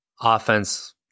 offense